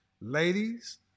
Ladies